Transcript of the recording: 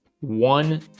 one